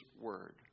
Word